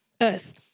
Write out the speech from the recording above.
Earth